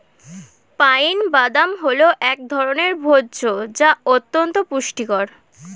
pine বাদাম হল এক ধরনের ভোজ্য যা অত্যন্ত পুষ্টিকর